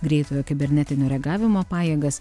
greitojo kibernetinio reagavimo pajėgas